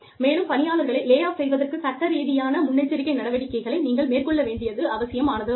மேலும் பணியாளர்களை lay off செய்வதற்கு சட்ட ரீதியான முன்னெச்சரிக்கை நடவடிக்கைகளை நீங்கள் மேற்கொள்ள வேண்டியது அவசியமாகும்